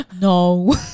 no